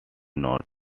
not